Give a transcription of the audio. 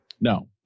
No